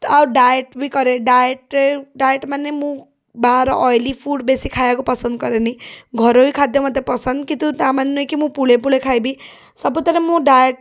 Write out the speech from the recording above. ତ ଆଉ ଡାଏଟ୍ ବି କରେ ଡାଏଟ୍ରେ ଡାଏଟ୍ ମାନେ ମୁଁ ବାହାର ଅଏଲି ଫୁଡ଼୍ ମୁଁ ଖାଇବାକୁ ବେଶୀ ପସନ୍ଦ କରେନି ଘରୋଇ ଖାଦ୍ୟ ମୋତେ ପସନ୍ଦ କିନ୍ତୁ ତା' ମାନେ ନୁହଁ କି ମୁଁ ପୁଳେ ପୁଳେ ଖାଇବି ସବୁଥିରେ ମୁଁ ଡାଏଟ୍